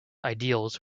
ideals